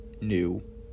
new